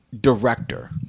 director